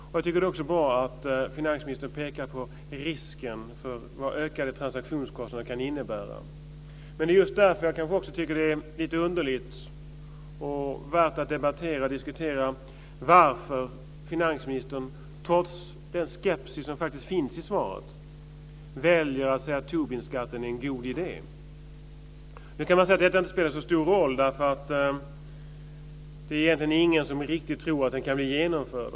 Jag tycker också att det är bra att finansministern pekar på risken när det gäller vad ökade transaktionskostnader kan innebära. Men det är just därför jag tycker att det är lite underligt och värt att debattera och diskutera att finansministern, trots den skepsis som faktiskt finns i svaret, väljer att säga att Tobinskatten är en god idé. Nu kan man säga att det inte spelar så stor roll, för det är egentligen ingen som riktigt tror att skatten kan bli genomförd.